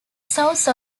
source